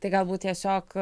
tai galbūt tiesiog